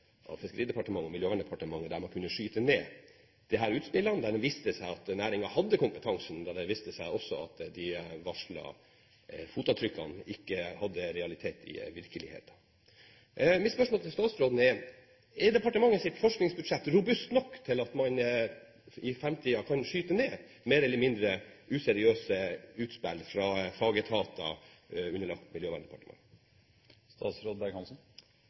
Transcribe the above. Fiskeridepartementet og Miljøverndepartementet der man kunne skyte ned disse utspillene, som viste at næringen hadde kompetansen, og som også viste at de varslede fotavtrykkene ikke hadde realitet i virkeligheten. Mitt spørsmål til statsråden er: Er departementets forskningsbudsjett robust nok til at man i framtiden kan skyte ned mer eller mindre useriøse utspill fra fagetater underlagt Miljøverndepartementet?